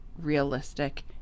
realistic